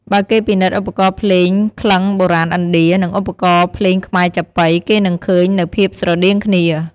បើគេពិនិត្យឧបករណ៍ភ្លេងក្លិង្គបុរាណឥណ្ឌា និងឧបករណ៍ភ្លេងខ្មែរចាប៉ី គេនឹងឃើញនូវភាពស្រដៀងគ្នា។